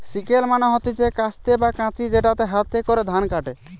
sickle মানে হতিছে কাস্তে বা কাঁচি যেটাতে হাতে করে ধান কাটে